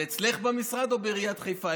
זה אצלך במשרד או בעיריית חיפה?